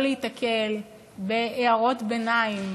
לא להיתקל בהערות ביניים